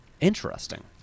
Interesting